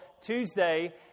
Tuesday